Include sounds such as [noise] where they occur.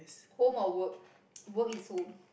home or work [noise] work is home